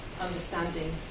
understanding